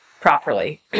properly